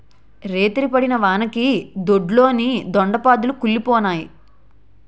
రేతిరి పడిన వానకి దొడ్లోని దొండ పాదులు కుల్లిపోనాయి